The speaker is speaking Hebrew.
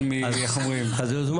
יותר ממה שאומרים.